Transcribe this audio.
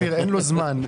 אין לו זמן,